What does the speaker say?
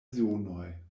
zonoj